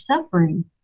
suffering